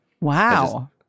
Wow